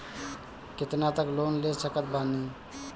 कितना तक लोन ले सकत बानी?